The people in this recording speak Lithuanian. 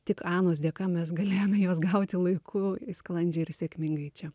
tik anos dėka mes galėjome juos gauti laiku sklandžiai ir sėkmingai čia